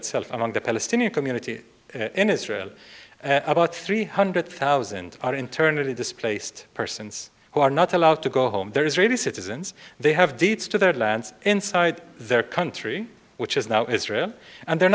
itself among the palestinian community in israel about three hundred thousand are internally displaced persons who are not allowed to go home they're israeli citizens they have deeds to their lands inside their country which is now israel and they're